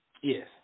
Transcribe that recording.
Yes